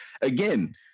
again